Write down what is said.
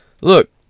Look